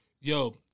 Yo